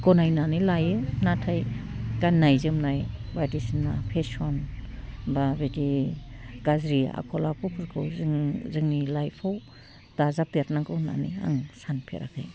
गनायनानै लायो नाथाय गान्नाय जोमनाय बायदिसिना फेसन बा बिदि गाज्रि आखल आखुफोरखौ जोङो जोंनि लाइफआव दाजाबदेरनांगौ होन्नानै आं सानफेराखै